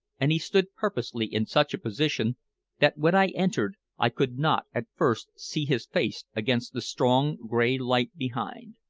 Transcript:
and he stood purposely in such a position that when i entered i could not at first see his face against the strong, gray light behind.